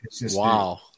Wow